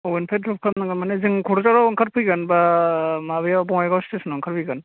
बबेनिफ्राय द्र'प खालामनांगोन माने जों क'क्राझाराव ओंखारफैगोन नङाब्ला माबायाव बङाइगाव स्टेसन आव ओंखारफैगोन